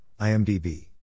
IMDb